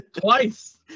Twice